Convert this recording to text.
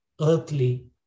earthly